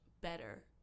better